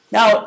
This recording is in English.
Now